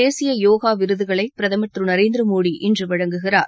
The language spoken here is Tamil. தேசிய யோகா விருதுகளை பிரதமர் திரு நரேந்திர மோடி இன்று வழங்குகிறார்